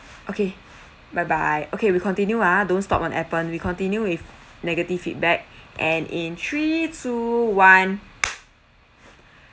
okay bye bye okay we continue ah don't stop on Appen we continue with negative feedback and in three two one